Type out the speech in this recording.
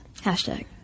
Hashtag